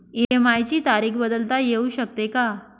EMI ची तारीख बदलता येऊ शकते का?